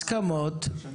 הסכמות.